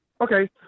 Okay